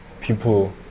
people